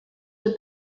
were